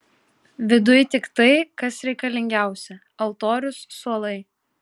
viduj tik tai kas reikalingiausia altorius suolai